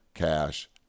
cash